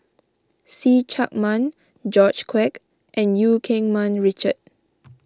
See Chak Mun George Quek and Eu Keng Mun Richard